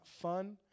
fun